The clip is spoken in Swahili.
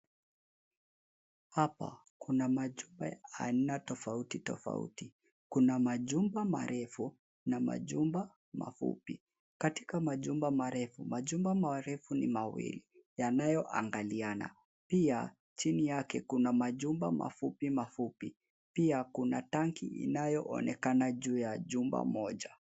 Hapa, kuna majumba ya aina tofauti tofauti. Kuna majumba marefu na majumba mafupi. Katika majumba marefu, majumba marefu ni mawili yanayoangaliana pia chini yao kuna majumba mafupi mafupi. Pia, kuna tanki inayoonekana juu ya jumba moja.